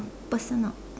personal